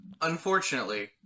Unfortunately